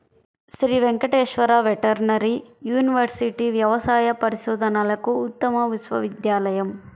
Shri Venkateswara veterinary university వ్యవసాయ పరిశోధనలకు ఉత్తమ విశ్వవిద్యాలయం